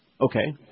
Okay